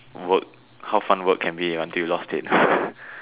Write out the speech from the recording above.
work how fun work can be until you lost it